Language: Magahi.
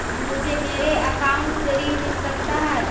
मुझे मेरे अकाउंट से ऋण मिल सकता है?